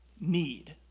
need